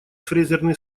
фрезерный